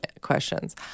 questions